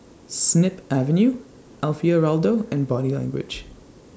Snip Avenue Alfio Raldo and Body Language